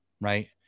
right